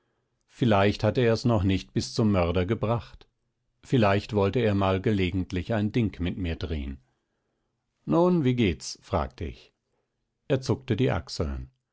vielleicht hatte er es noch nicht bis zum mörder gebracht vielleicht wollte er mal gelegentlich ein ding mit mir drehen nun wie geht's fragte ich er zuckte die achseln